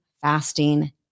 fasting